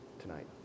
tonight